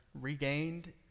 regained